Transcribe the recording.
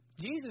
Jesus